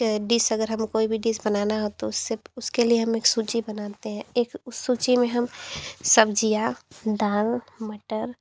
dish अगर हमें कोई भी डिश बनाना हो तो उसके लिए हम एक सूची बनाते हैं एक सूची में हम सब्ज़ियाँ दाल मटर